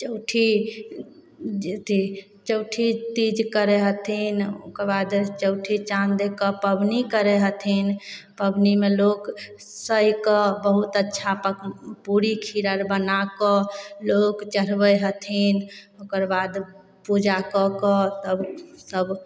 चौठी जे अथी चौठी तीज करय हथिन ओकर बाद जब चौठी चाँद देख कऽ पबनी करय हथिन पबनीमे लोक सहिकऽ बहुत अच्छा पक पूरी खीर अर बना कऽ लोक चढ़बय हथिन ओकर बाद पूजाकऽ कऽ तब सब